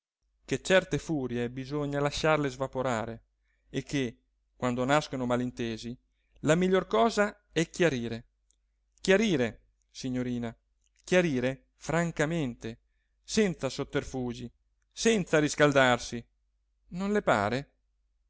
che certe furie bisogna lasciarle svaporare e che quando nascono malintesi la miglior cosa è chiarire chiarire signorina chiarire francamente senza sotterfugi senza riscaldarsi non le pare